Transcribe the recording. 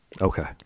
Okay